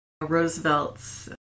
Roosevelt's